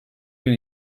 gün